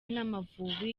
n’amavubi